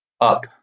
up